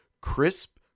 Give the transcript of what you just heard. crisp